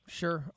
sure